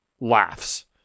Laughs